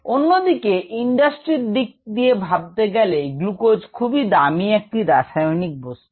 অন্যদিকে ইন্ডাস্ট্রির দিক দিয়ে ভাবতে গেলে গ্লুকোজ খুবই দামী একটি রাসায়নিক বস্তু